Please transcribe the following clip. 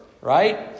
Right